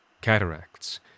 Cataracts